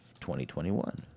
2021